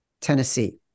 Tennessee